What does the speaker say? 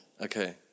Okay